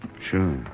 Sure